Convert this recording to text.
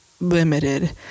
limited